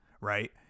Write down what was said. right